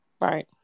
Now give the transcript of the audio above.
Right